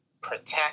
protect